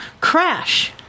crash